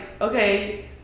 okay